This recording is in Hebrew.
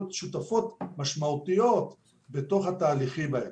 שותפות משמעותיות בתוך התהליכים האלה,